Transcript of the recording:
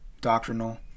doctrinal